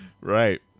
right